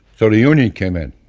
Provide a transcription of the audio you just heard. so union came in